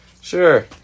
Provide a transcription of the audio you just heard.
Sure